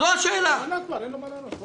אין לו מה לענות.